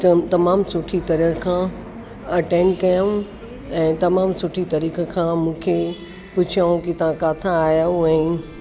जाम तमामु सुठी तरह खां अटेंड कयूं ऐं तमामु सुठी तरीक़े खां पुछियूं की तव्हां किथा आया आहियो ऐं